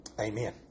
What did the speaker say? Amen